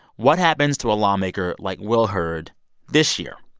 what happens to a lawmaker like will hurd this year?